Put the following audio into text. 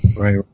Right